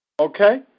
Okay